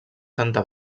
santa